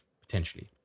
potentially